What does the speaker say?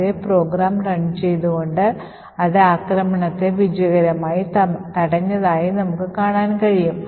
അതെ program run ചെയ്തുകൊണ്ട് അത് ആക്രമണത്തെ വിജയകരമായി തടഞ്ഞതായി നമുക്ക് കാണാൻ കഴിയും